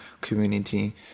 community